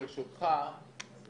ברשותך,